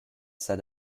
set